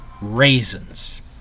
Raisins